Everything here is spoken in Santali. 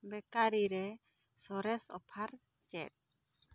ᱵᱮᱠᱟᱨᱤ ᱨᱮ ᱥᱚᱨᱮᱥ ᱚᱯᱷᱟᱨ ᱪᱮᱫ